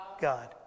God